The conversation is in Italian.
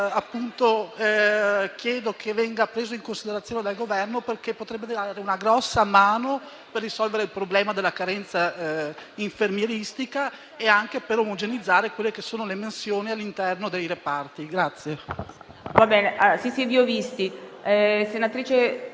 che esso venga preso in considerazione dal Governo perché potrebbe dare una grossa mano per risolvere il problema della carenza infermieristica e per omogeneizzare le mansioni all'interno dei reparti.